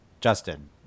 Justin